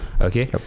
Okay